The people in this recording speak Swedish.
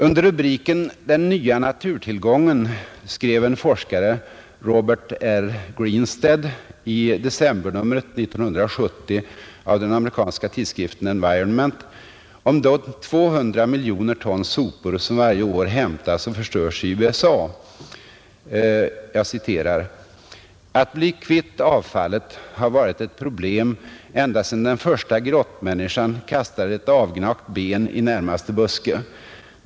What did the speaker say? Under rubriken ”Den nya naturtillgången” skrev en forskare, Robert R. Grinstead, i decembernumret 1970 av den amerikanska tidskriften ”Environment” om de 200 miljoner ton sopor som varje år hämtas och förstörs i USA: ”Att bli kvitt avfallet har varit ett problem ända sen den första grottmänniskan kastade ett avgnagt ben i närmaste buske.